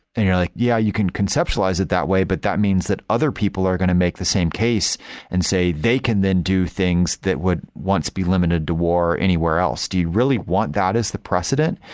and you're like, yeah, you can conceptualize it that way, but that means that other people are going to make the same case and say they can then do things that would once be limited to war anywhere else. do you really want that is the precedent?